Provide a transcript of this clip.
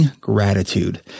gratitude